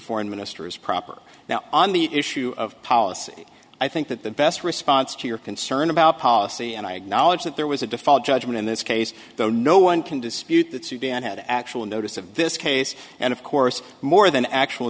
foreign minister is proper now on the issue of policy i think that the best response to your concern about policy and i knowledge that there was a default judgment in this case though no one can dispute that sudan had actual notice of this case and of course more than actual